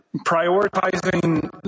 prioritizing